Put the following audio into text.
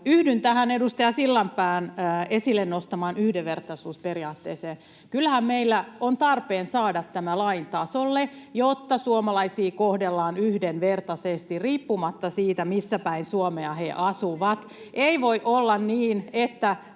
Yhdyn tähän edustaja Sillanpään esille nostamaan yhdenvertaisuusperiaatteeseen. Kyllähän meillä on tarpeen saada tämä lain tasolle, jotta suomalaisia kohdellaan yhdenvertaisesti riippumatta siitä, missä päin Suomea he asuvat. Ei voi olla niin, että